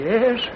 Yes